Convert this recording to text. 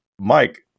Mike